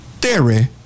theory